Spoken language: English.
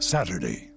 Saturday